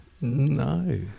No